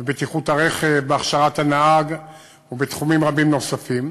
בבטיחות הרכב, בהכשרת הנהג ובתחומים רבים נוספים,